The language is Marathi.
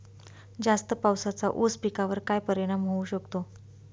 जास्त पावसाचा ऊस पिकावर काय परिणाम होऊ शकतो?